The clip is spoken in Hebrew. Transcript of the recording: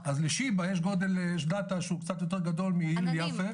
אז לשיבא יש DATA שהוא קצת יותר גדול מהלל יפה -- עננים,